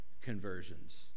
conversions